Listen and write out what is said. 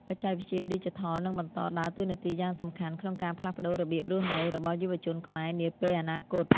បច្ចេកវិទ្យាឌីជីថលនឹងបន្តដើរតួនាទីយ៉ាងសំខាន់ក្នុងការផ្លាស់ប្តូររបៀបរស់នៅរបស់យុវជនខ្មែរនាពេលអនាគត។